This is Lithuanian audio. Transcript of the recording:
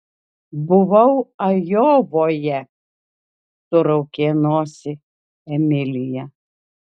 buvau ajovoje suraukė nosį emilija